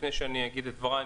לפני שאני אגיד את דבריי,